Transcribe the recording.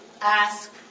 ask